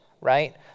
right